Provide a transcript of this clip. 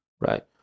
right